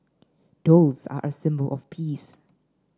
doves are a symbol of peace